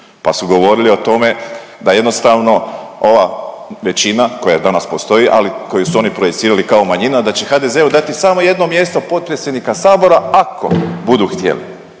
pa su govorili o tome da jednostavno ova većina koja danas postoji, a koju su oni projicirali kao manjina da će HDZ-u dati samo jedno mjesto potpredsjednika Sabora ako budu htjeli.